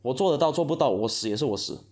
我做得到做不到我死也是我死